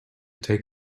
take